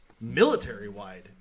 military-wide